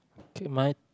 okay mine